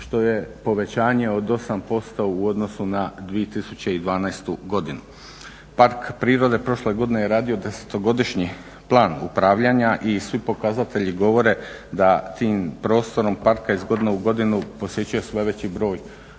što je povećanje od 8% u odnosu na 2012.godinu. Park prirode prošle godine je radio desetogodišnji plan upravljanja i svi pokazatelji govore da tim prostorom parka iz godine u godinu posvećuje sve veći broj